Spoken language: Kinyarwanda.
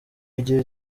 igihe